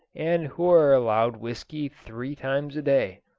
and who are allowed whisky three times a-day.